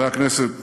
חברי הכנסת,